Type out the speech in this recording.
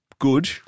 good